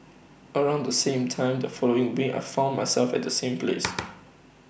around the same time the following week I found myself at the same place